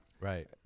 Right